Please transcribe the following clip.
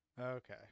Okay